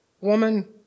Woman